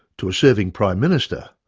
to a serving prime minister,